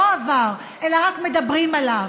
לא עבר אלא רק מדברים עליו?